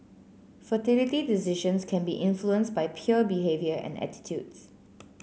fertility decisions can be influenced by peer behaviour and attitudes